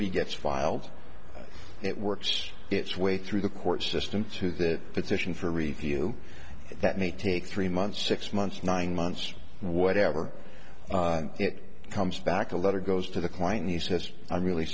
p gets filed it works its way through the court system through that petition for review that may take three months six months nine months whatever it comes back a letter goes to the client and he says i'm really